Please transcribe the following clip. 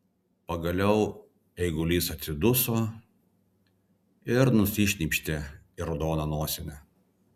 pagaliau eigulys atsiduso ir nusišnypštė į raudoną nosinę